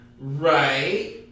Right